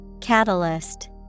Catalyst